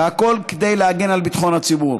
והכול כדי להגן על ביטחון הציבור.